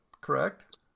correct